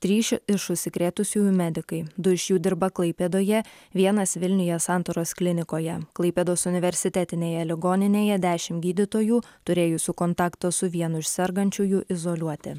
trys iš užsikrėtusiųjų medikai du iš jų dirba klaipėdoje vienas vilniuje santaros klinikoje klaipėdos universitetinėje ligoninėje dešimt gydytojų turėjusių kontaktą su vienu iš sergančiųjų izoliuoti